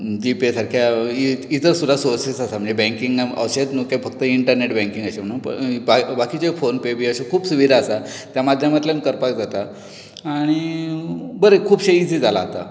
जी पे सारक्या इतर सुद्दां सोरसीस आसा म्हणल्यार बँकिंग अशेंच न्हू के फकत इन्टर्नेट बँकिंग अशें म्हणून बाकीचें फोन पे बी अशे खूब सुविधा आसा त्या माध्यमांतल्यान करपाक जाता आनी बरें खूबशें इजी जाला आता